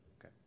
okay